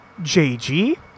JG